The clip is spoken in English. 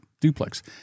duplex